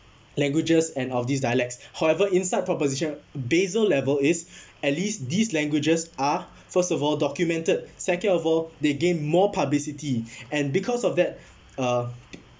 languages and of these dialects however in side proposition basal level is at least these languages are first of all documented second of all they gain more publicity and because of that uh